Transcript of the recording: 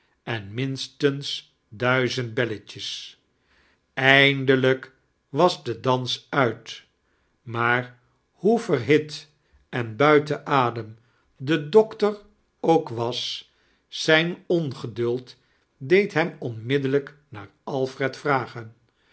en minstens duizend belletjes eindelijk was de dans uit maar hoe verbit en buiten adem de doctor ook was zijn ongeduld deed hem onmiddellijk naar alfred